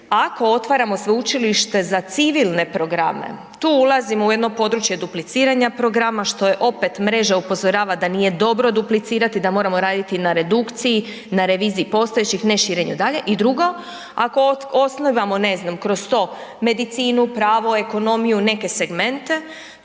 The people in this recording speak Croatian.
ako otvaramo sveučilište za civilne programe, tu ulazimo u jedno područje dupliciranja programa, što je opet mreža upozorava da nije dobro duplicirati, da moramo raditi na redukciji, na reviziji postojećih, ne širenje dalje. I drugo, ako osnivamo, ne znam, kroz to medicinu, pravo, ekonomiju, neke segmente,